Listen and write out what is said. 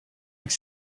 avec